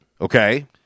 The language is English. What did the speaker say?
Okay